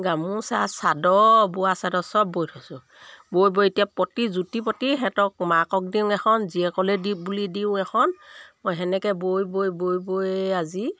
গামোচা চাদৰ বোৱা চাদৰ চব বৈ থৈছোঁ বৈ বৈ এতিয়া প্ৰতি যুটি প্ৰতি সিহঁতক মাকক দিওঁ এখন জীয়েকলৈ দি বুলি দিওঁ এখন মই তেনেকৈ বৈ বৈ বৈ বৈ আজি